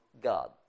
God